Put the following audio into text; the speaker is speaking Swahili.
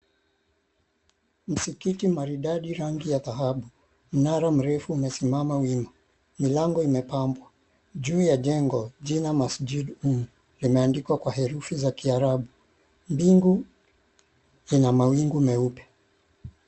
Msikiti maridadi rangi ya dhahabu. Mnara mrefu umesimama wima, milango imepambwa. Juu ya jengo, jina Masjidur limeandikwa kwa herufi za kiarabu. Bingu ina mawingu meupe.